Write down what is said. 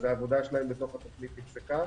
אז העבודה שלהם בתוך התוכנית נפסקה.